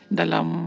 dalam